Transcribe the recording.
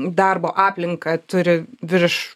darbo aplinką turi virš